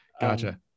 Gotcha